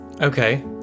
Okay